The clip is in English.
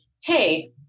hey